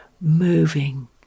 moving